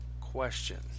question